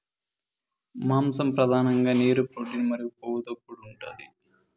మాంసం పధానంగా నీరు, ప్రోటీన్ మరియు కొవ్వుతో కూడి ఉంటాది